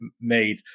made